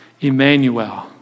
Emmanuel